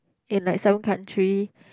in like seven country